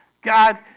God